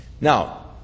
Now